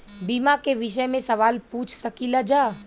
बीमा के विषय मे सवाल पूछ सकीलाजा?